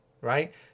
right